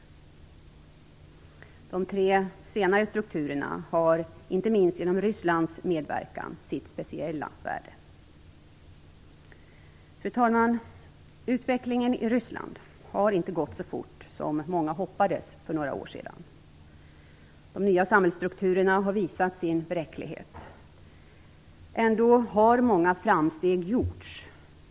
De tre senare strukturerna har inte minst genom Rysslands medverkan sitt speciella värde. Fru talman! Utvecklingen i Ryssland har inte gått så fort som många hoppades för några år sedan. De nya samhällsstrukturerna har visat sin bräcklighet. Ändå har många framsteg gjorts.